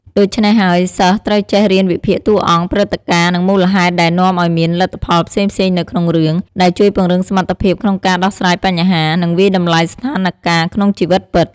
ដូច្នេះហើយ សិស្សត្រូវចេះរៀនវិភាគតួអង្គ ព្រឹត្តិការណ៍ និងមូលហេតុដែលនាំឱ្យមានលទ្ធផលផ្សេងៗនៅក្នុងរឿង ដែលជួយពង្រឹងសមត្ថភាពក្នុងការដោះស្រាយបញ្ហា និងវាយតម្លៃស្ថានការណ៍ក្នុងជីវិតពិត។